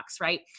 right